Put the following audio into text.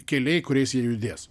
keliai kuriais jie judės